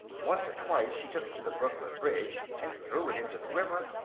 once or twice she took it to the brooklyn bridge and threw it into the river,